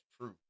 true